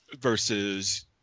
versus